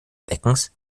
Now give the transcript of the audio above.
beckens